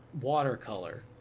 watercolor